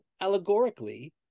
allegorically